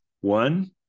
One